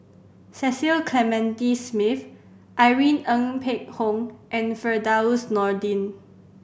Cecil Clementi Smith Irene Ng Phek Hoong and Firdaus Nordin